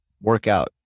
Workout